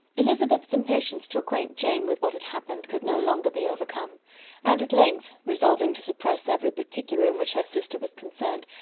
elizabeth's impatience to acquaint jane with what had happened could no longer be overcome and length, resolving to suppress every particular in which her sister was concerned,